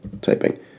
typing